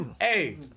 Hey